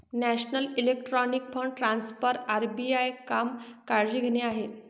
national electronic fund transfer RBI काम काळजी घेणे आहे